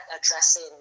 addressing